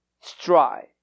Strive